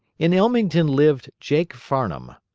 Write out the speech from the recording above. in ellmington lived jake farnum,